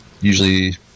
usually